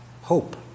Hope